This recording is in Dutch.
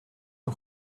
een